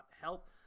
help